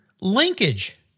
Linkage